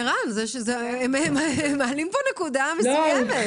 ערן, הם מעלים פה נקודה מסוימת.